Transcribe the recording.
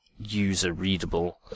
user-readable